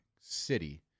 city